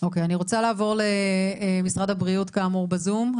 אני רוצה לעבור למשרד הבריאות כאמור בזום.